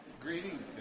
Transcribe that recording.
Greetings